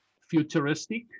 futuristic